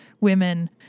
women